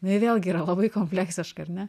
jinai vėlgi yra labai kompleksiška ar ne